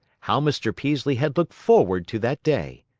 how mr. peaslee had looked forward to that day!